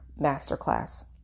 masterclass